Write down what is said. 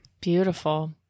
Beautiful